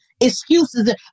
excuses